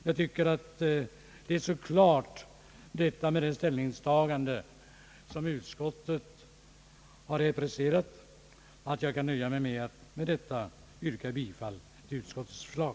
Jag tycker att utskottets ställningstagande är så klart preciserat, att jag kan nöja mig med att med det anförda yrka bifall till utskottets förslag.